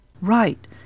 Right